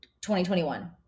2021